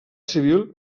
civil